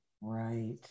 Right